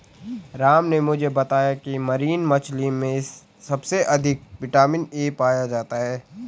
राम ने मुझे बताया की मरीन मछली में सबसे अधिक विटामिन ए पाया जाता है